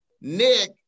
Nick